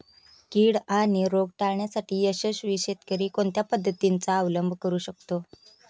कीड आणि रोग टाळण्यासाठी यशस्वी शेतकरी कोणत्या पद्धतींचा अवलंब करू शकतो?